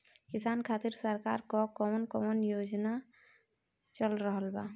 किसान खातिर सरकार क कवन कवन योजना चल रहल बा?